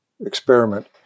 experiment